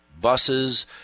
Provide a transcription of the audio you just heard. buses